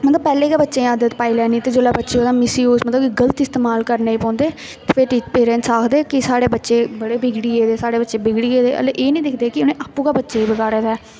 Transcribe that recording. मतलब पैह्लें गै बच्चें गी आदत पाई लैनी ते जिल्लै बच्चे ओह्दा मिसयूज मतलब कि गल्त इस्तेमाल करन लगी पौंदे ते फिर टी पेरैंट्स आखदे कि साढ़े बच्चे बड़े बिगड़ी गेदे साढ़े बच्चे बिगड़ी गेदे हल्लै एह् निं दिखदे कि उ'नें आपूं गै बच्चे गी बगाड़े दा ऐ